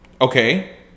okay